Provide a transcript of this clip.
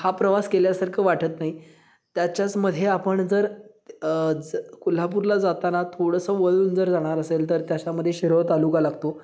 हा प्रवास केल्यासारखं वाटत नाही त्याच्याचमध्ये आपण जर ज कोल्हापूरला जाताना थोडंसं वळून जर जाणार असेल तर त्याच्यामध्ये शिरवळ तालुका लागतो